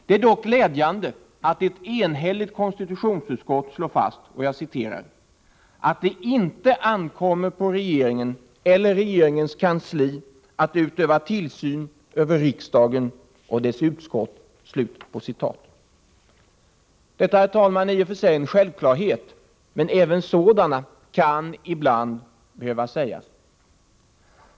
Det är dock glädjande att ett enhälligt konstitutionsutskott slår fast ”att det inte ankommer på regeringen eller regeringens kansli att utöva tillsyn över riksdagen och dess utskott”. Detta, herr talman, är i och för sig en självklarhet, men även sådant kan ibland behövas sägas.